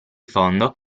fondo